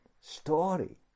story